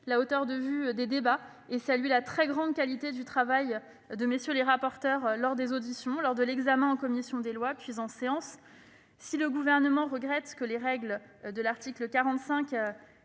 la hauteur de vues des débats et la très grande qualité du travail de MM. les rapporteurs lors des auditions, de l'examen en commission des lois, puis en séance. Certes, le Gouvernement regrette que les règles strictes de l'article 45